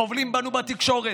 חובלים בנו בתקשורת,